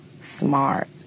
smart